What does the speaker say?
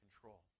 control